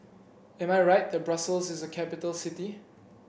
am I right that Brussels is a capital city